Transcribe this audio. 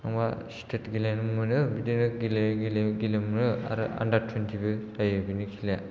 थांबा स्तेत गेलेनो मोनो बिदिनो गेलेयै गेलेयै गेलेनो मोनो आरो आन्दार तुवेन्तिबो जायो बेनि खेलाया